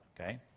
okay